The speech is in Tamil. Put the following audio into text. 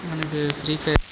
எனக்கு ஃப்ரீ ஃபயர்